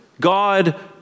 God